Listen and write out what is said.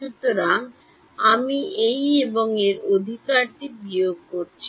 সুতরাং আমি এই এবং এই অধিকারটি বিয়োগ করছি